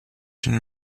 une